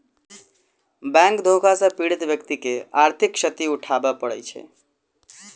bank धोखा सॅ पीड़ित व्यक्ति के आर्थिक क्षति उठाबय पड़ैत छै